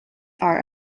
are